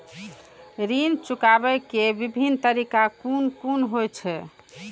ऋण चुकाबे के विभिन्न तरीका कुन कुन होय छे?